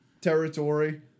Territory